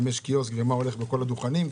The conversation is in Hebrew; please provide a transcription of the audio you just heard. אם יש קיוסק ומה הולך בכל הדוכנים,